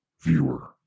viewer